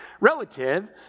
relative